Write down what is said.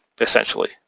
essentially